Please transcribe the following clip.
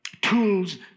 tools